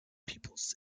pupils